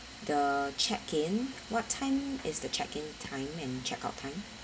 the check in what time is the checking in time and check out time